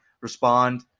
Respond